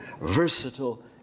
versatile